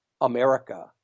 America